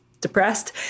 depressed